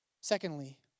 Secondly